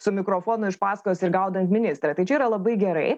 su mikrofonu iš pasakos ir gaudant ministrą tai čia yra labai gerai